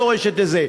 דורשת את זה.